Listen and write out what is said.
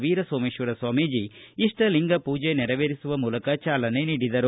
ವೀರಸೋಮೇತ್ವರ ಸ್ವಾಮೀಜಿ ಇಷ್ಟಲಿಂಗ ಪೂಜೆ ನೆರವೇರಿಸುವ ಮೂಲಕ ಚಾಲನೆ ನೀಡಿದರು